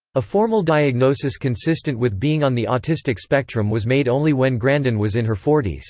a formal diagnosis consistent with being on the autistic spectrum was made only when grandin was in her forty s.